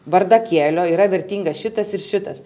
bardakėlio yra vertinga šitas ir šitas